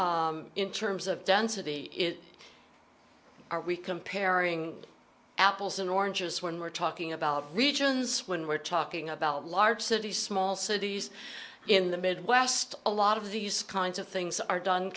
in terms of density it are we comparing apples and oranges when we're talking about regions when we're talking about large cities small cities in the midwest a lot of these kinds of things are done